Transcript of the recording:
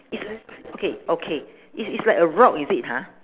it's okay okay it is like a rock is it ha